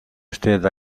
usted